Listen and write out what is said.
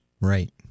Right